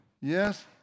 Yes